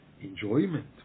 enjoyment